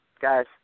guys